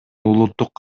улуттук